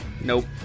Nope